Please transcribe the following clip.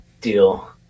deal